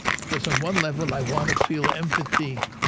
because on one level i want to feel empathy,